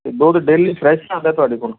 ਅਤੇ ਦੁੱਧ daily fresh ਆਉਂਦਾ ਤੁਹਾਡੇ ਕੋਲ